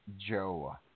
Joe